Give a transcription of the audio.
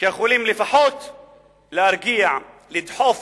שיכולים לפחות להרגיע, לדחוף